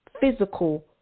physical